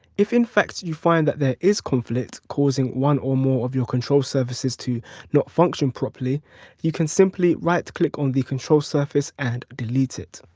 if in fact you do find that there is conflict causing one or more of your control surfaces to not function properly you can simply right click on the control surface and delete it.